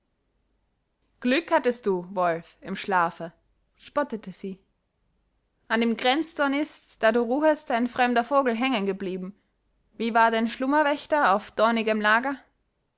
glück hattest du wolf im schlafe spottete sie an dem grenzdorn ist da du ruhtest ein fremder vogel hängengeblieben wie war dein schlummer wächter auf dornigem lager